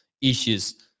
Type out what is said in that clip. issues